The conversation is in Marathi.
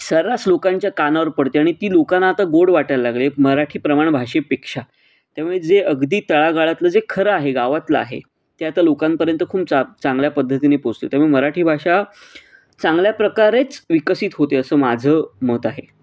सर्रास लोकांच्या कानावर पडते आणि ती लोकांना आता गोड वाटायला लागली आहे मराठी प्रमाण भाषेपेक्षा त्यामुळे जे अगदी तळागाळातलं जे खरं आहे गावातलं आहे ते आता लोकांपर्यंत खूप चांग चांगल्या पद्धतीने पोचतं त्यामुळे मराठी भाषा चांगल्या प्रकारेच विकसित होते असं माझं मत आहे